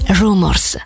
rumors